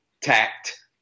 tact